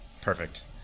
perfect